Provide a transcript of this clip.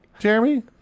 Jeremy